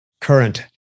current